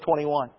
21